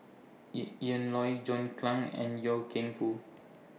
Ian Loy John Clang and Loy Keng Foo